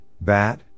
bat